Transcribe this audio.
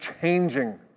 changing